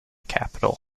capital